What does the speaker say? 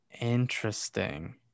Interesting